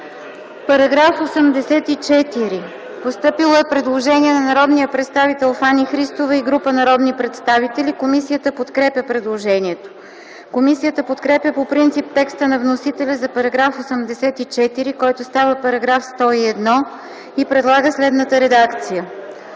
По § 93 е постъпило предложение на народния представител Фани Христова и група народни представители. Комисията подкрепя по принцип предложението. Комисията подкрепя по принцип текста на вносителя за § 93, който става § 111, и предлага следната редакция: